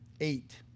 Eight